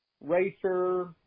racer